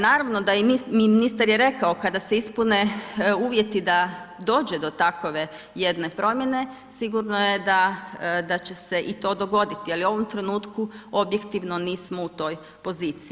Naravno da i ministar je rekao kada se ispune uvjeti da dođe do takove jedne promjene, sigurno je da će se i to dogoditi, ali u ovom trenutku objektivno nismo u toj poziciji.